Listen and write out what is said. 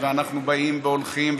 ואנחנו באים והולכים,